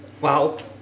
!wow!